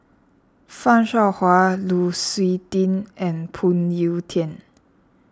Fan Shao Hua Lu Suitin and Phoon Yew Tien